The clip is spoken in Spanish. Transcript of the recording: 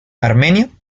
armenio